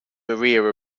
maria